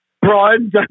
Brian